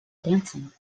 dancing